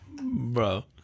Bro